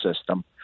system